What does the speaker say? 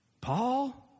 Paul